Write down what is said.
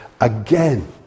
again